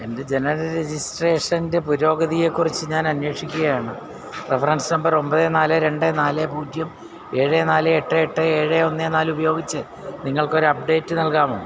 എൻ്റെ ജനന രജിസ്ട്രേഷൻ്റെ പുരോഗതിയെക്കുറിച്ച് ഞാൻ അന്വേഷിക്കുകയാണ് റഫറൻസ് നമ്പർ ഒമ്പത് നാല് രണ്ട് നാല് പൂജ്യം ഏഴ് നാല് എട്ട് എട്ട് ഏഴ് ഒന്ന് നാല് ഉപയോഗിച്ച് നിങ്ങൾക്കൊരു അപ്ഡേറ്റ് നൽകാമോ